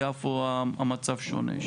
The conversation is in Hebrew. יפו המצב שונה,